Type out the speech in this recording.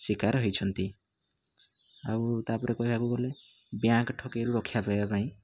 ଶିକାର ହୋଇଛନ୍ତି ଆଉ ତାପରେ କହିବାକୁ ଗଲେ ବ୍ୟାଙ୍କ୍ ଠକେଇରୁ ରକ୍ଷା ପାଇବା ପାଇଁ